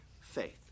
faith